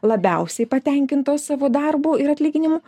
labiausiai patenkintos savo darbu ir atlyginimu